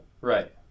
Right